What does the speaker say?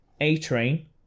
A-Train